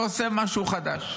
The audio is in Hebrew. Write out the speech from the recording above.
ועושה משהו חדש.